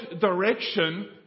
direction